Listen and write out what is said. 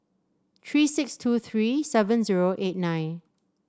three six two three seven zero eight nine